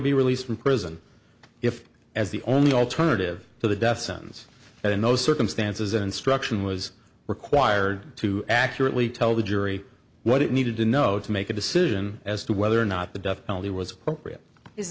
be released from prison if as the only alternative to the death sentence and in those circumstances instruction was required to accurately tell the jury what it needed to know to make a decision as to whether or not the death penalty was